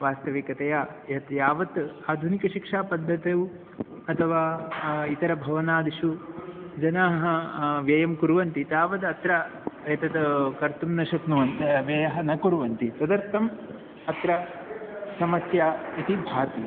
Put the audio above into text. वास्तविकतया यत् यावत् आधुनिकशिक्षापद्धतौ अथवा इतरभवनादिषु जनाः व्ययं कुर्वन्ति तावद् अत्र एतत् कर्तुं न शक्नुवन्ति व्ययः न कुर्वन्ति तदर्थम् अत्र समस्या इति भाति